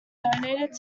donated